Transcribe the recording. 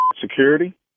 security